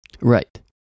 Right